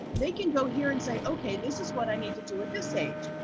they can go here and say, ok, this is what i need to do at this age.